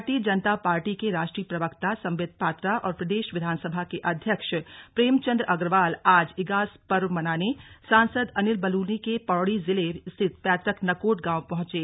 भारतीय जनता पार्टी के राष्ट्रीय प्रवक्ता संबित पात्रा और प्रदेश विधानसभा के अध्यक्ष प्रेमचंद अग्रवाल आज इगास पर्व मनाने सांसद अनिल बलूनी के पौड़ी जिले स्थित पैतृक नकोट गांव पहुंचे